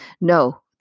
No